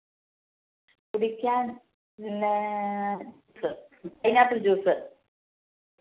കുടിക്കാൻ പിന്നേ juice pineapple juice